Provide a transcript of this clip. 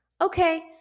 okay